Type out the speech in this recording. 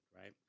right